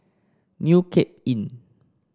New Cape Inn